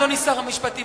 אדוני שר המשפטים,